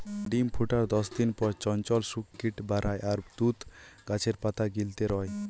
ডিম ফুটার দশদিন পর চঞ্চল শুক কিট বারায় আর তুত গাছের পাতা গিলতে রয়